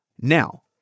Now